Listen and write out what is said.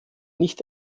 nicht